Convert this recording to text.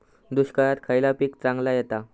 दुष्काळात खयला पीक चांगला येता?